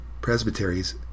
presbyteries